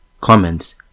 Comments